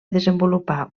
desenvolupar